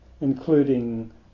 including